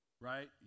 right